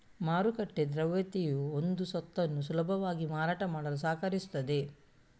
ಮಾರುಕಟ್ಟೆ ದ್ರವ್ಯತೆಯು ಒಂದು ಸ್ವತ್ತನ್ನು ಸುಲಭವಾಗಿ ಮಾರಾಟ ಮಾಡಲು ಸಹಕರಿಸುತ್ತದೆ